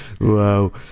Wow